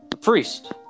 Priest